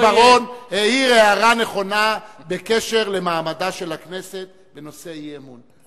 חבר הכנסת בר-און העיר הערה נכונה בקשר למעמדה של הכנסת בנושא אי-אמון,